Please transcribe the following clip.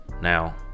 Now